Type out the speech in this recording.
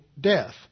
death